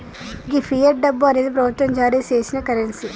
గీ fiat డబ్బు అనేది ప్రభుత్వం జారీ సేసిన కరెన్సీ